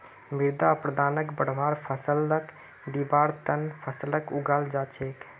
मृदा अपरदनक बढ़वार फ़सलक दिबार त न फसलक उगाल जा छेक